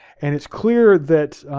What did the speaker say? and it's clear that